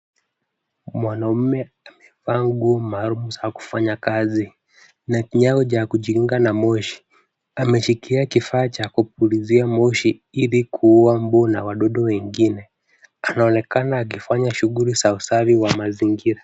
Mwanaume amevaa nguo maalum za kufanya kazi, na kinyago cha kujikinga na moshi. Ameshikilia kifaa cha kupulizia moshi ili kuua mbu na wadudu wengine. Anaonekana akifanya shughuli za usafi wa mazingira.